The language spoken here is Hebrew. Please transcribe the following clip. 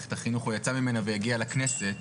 ממערכת החינוך והגיע לכנסת.